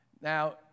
Now